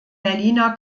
berliner